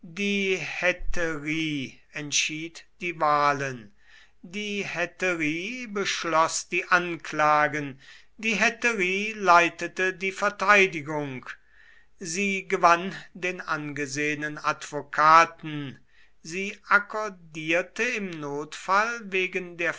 die hetärie entschied die wahlen die hetärie beschloß die anklagen die hetärie leitete die verteidigung sie gewann den angesehenen advokaten sie akkordierte im notfall wegen der